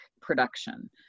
production